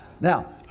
Now